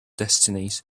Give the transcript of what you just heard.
destinies